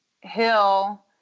Hill